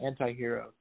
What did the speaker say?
antihero